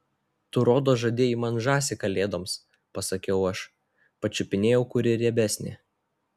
tu rodos žadėjai man žąsį kalėdoms pasakiau aš pačiupinėjau kuri riebesnė